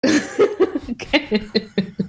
כן.